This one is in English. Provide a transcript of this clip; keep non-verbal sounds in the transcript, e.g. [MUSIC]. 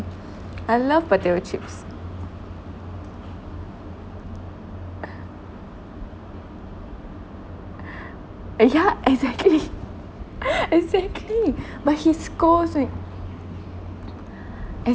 I love potato chips uh yeah exactly [LAUGHS] exactly [LAUGHS] but he scolds wei